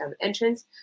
entrance